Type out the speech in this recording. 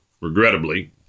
regrettably